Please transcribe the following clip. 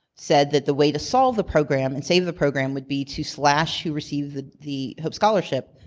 said that the way to solve the program, and save the program would be to slash who received the the hope scholarship.